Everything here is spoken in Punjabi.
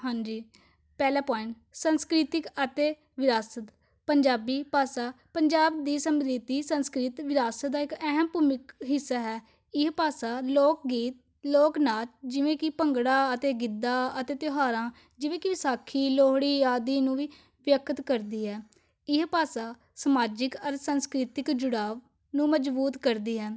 ਹਾਂਜੀ ਪਹਿਲਾ ਪੁਆਇੰਟ ਸੰਸਕ੍ਰਿਤਿਕ ਅਤੇ ਵਿਰਾਸਤ ਪੰਜਾਬੀ ਭਾਸ਼ਾ ਪੰਜਾਬ ਦੀ ਸਮ੍ਰਿਤੀ ਸੰਸਕ੍ਰਿਤ ਵਿਰਾਸਤ ਦਾ ਇੱਕ ਅਹਿਮ ਭੂਮਿਕਾ ਹਿੱਸਾ ਹੈ ਇਹ ਭਾਸ਼ਾ ਲੋਕ ਗੀਤ ਲੋਕ ਨਾਚ ਜਿਵੇਂ ਕਿ ਭੰਗੜਾ ਅਤੇ ਗਿੱਧਾ ਅਤੇ ਤਿਉਹਾਰਾਂ ਜਿਵੇਂ ਕਿ ਵਿਸਾਖੀ ਲੋਹੜੀ ਆਦਿ ਨੂੰ ਵੀ ਵਿਅਕਤ ਕਰਦੀ ਹੈ ਇਹ ਭਾਸ਼ਾ ਸਮਾਜਿਕ ਅਰ ਸੰਸਕ੍ਰਿਤਿਕ ਜੁੜਾਵ ਨੂੰ ਮਜ਼ਬੂਤ ਕਰਦੀ ਹੈ